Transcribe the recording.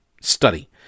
study